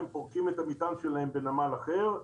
הם פורקים את המטען שלהם בנמל אחר,